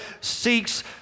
seeks